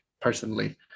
personally